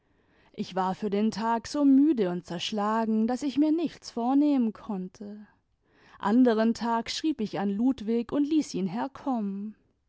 ich war für den tag so müde imd zerschlagen daß ich mir nichts vornehmen konnte anderen tags schrieb ich an ludwig und ließ ihn herkommen